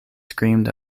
screamed